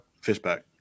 Fishback